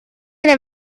der